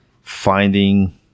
finding